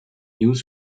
news